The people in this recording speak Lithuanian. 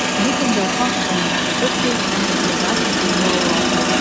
būtent dėl to šiai institucijai tenka svarbiausias vaidmuo europoje